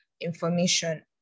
information